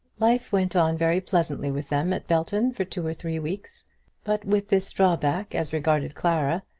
life went on very pleasantly with them at belton for two or three weeks but with this drawback as regarded clara,